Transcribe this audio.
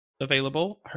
available